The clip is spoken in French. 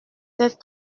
sept